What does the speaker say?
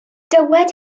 dywed